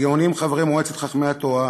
הגאונים חברי מועצת חכמי התורה,